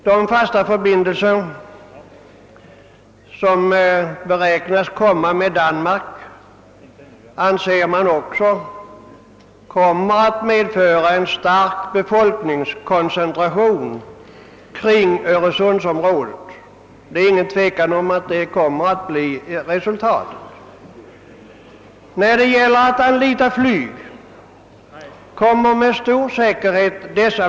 De fasta förbindelser med Danmark, som beräknas komma till stånd, anser man också komma att medföra en stor befolkningskoncentration kring öresundsområdet — det är ingen tvekan om att detta kommer att bli resultatet.